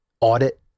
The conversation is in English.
audit